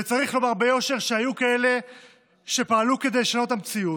וצריך לומר ביושר שהיו כאלה שפעלו כדי לשנות את המציאות.